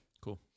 Cool